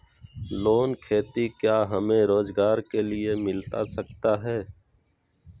Loan खेती क्या हमें रोजगार के लिए मिलता सकता है?